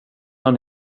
han